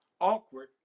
awkward